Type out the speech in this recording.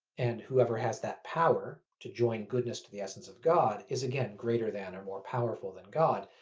and whoever has that power to join goodness to the essence of god is again greater than or more powerful than god,